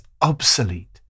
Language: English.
obsolete